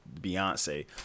beyonce